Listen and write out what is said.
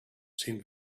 seemed